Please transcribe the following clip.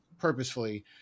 purposefully